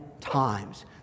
times